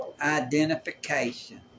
Identification